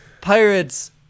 pirates